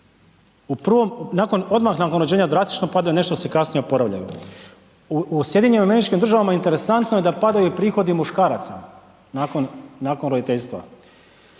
odmah nakon rođenja drastično padaju, nešto se kasnije oporavljaju. U Sjedinjenim američkim državama interesantno je da padaju i prihodi muškaraca nakon, nakon roditeljstva.